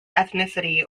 ethnicity